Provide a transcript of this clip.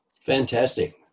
Fantastic